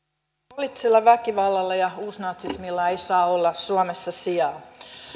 poliittisella väkivallalla ja uusnatsismilla ei saa olla suomessa sijaa